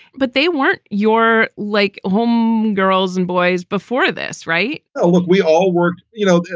but they weren't your like home girls and boys before this. right ah look, we all worked. you know,